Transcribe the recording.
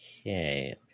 Okay